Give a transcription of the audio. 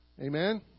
Amen